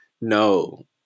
No